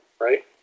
right